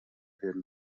werden